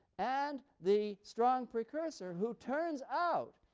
and the strong precursor who turns out,